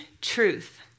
truth